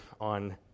on